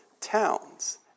towns